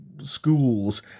Schools